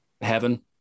heaven